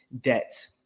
debt